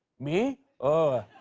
me? oh.